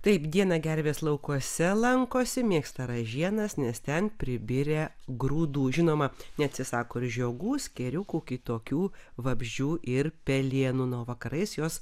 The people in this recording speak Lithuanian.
taip dieną gervės laukuose lankosi mėgsta ražienas nes ten pribirę grūdų žinoma neatsisako ir žiogų skėriukų kitokių vabzdžių ir pelėnų na o vakarais jos